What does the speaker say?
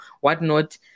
whatnot